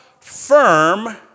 firm